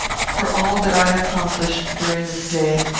for all that i accomplished during this day,